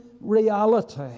reality